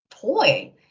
toy